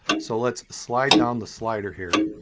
so let's slide down the slider here